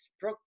Brooke